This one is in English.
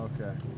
Okay